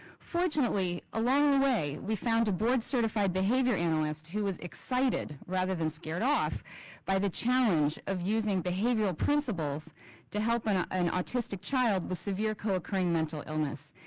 fortunately, along the way, we found a board certified behavior analyst who was excited rather than scared off by the challenge of using behavioral principles to help an ah an autistic child with severe co-occurring mental illness,